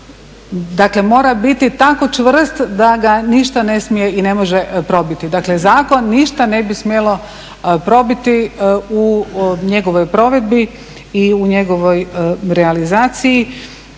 dakle mora biti tako čvrst da ga ništa ne smije i ne može probiti. Dakle zakon ništa ne bi smjelo probiti u njegovoj provedbi i u njegovoj realizaciji